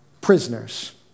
prisoners